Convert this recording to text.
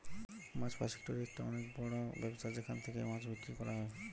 মাছ ফাসিকটোরি একটা অনেক বড় ব্যবসা যেখান থেকে মাছ বিক্রি করা হয়